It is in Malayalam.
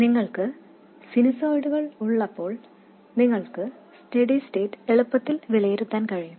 നിങ്ങൾക്ക് സിനുസോയിഡുകൾ ഉള്ളപ്പോൾ നിങ്ങൾക്ക് സ്റ്റെഡി സ്റ്റേറ്റ് എളുപ്പത്തിൽ വിലയിരുത്താൻ കഴിയും